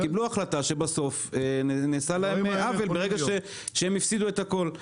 קיבלו החלטה שבסוף נעשה להם עוול ברגע שהם הפסידו את הכול.